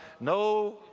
No